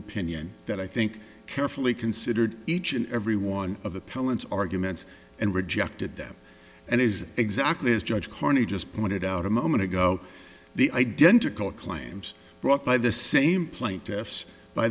opinion that i think carefully considered each and every one of appellants arguments and rejected them and is exactly as judge carney just pointed out a moment ago the identical claims brought by the same plaintiffs by